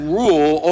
rule